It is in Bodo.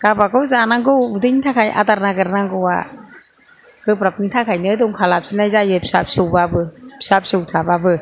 गावबा गाव जानांगौ उदैनि थाखाय आदार नागिर नांगौआ गोब्राबनि थाखायनो दंखा लाफिननाय जायो फिसा फिसौबाबो फिसा फिसौ थाबाबो